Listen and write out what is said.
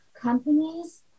companies